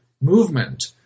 movement